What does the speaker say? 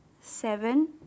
seven